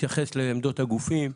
נתייחס לעמדות הגופים,